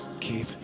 keep